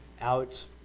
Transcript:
out